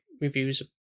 reviews